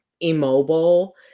immobile